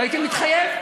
והייתי מתחייב.